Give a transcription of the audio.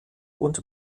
und